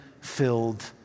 filled